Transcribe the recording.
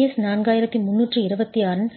IS 4326 in